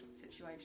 situation